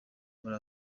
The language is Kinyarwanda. muri